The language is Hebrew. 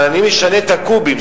אבל אני משנה את הקוּבים,